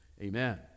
Amen